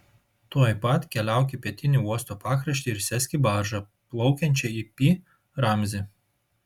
tuoj pat keliauk į pietinį uosto pakraštį ir sėsk į baržą plaukiančią į pi ramzį